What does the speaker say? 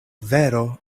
vero